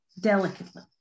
delicately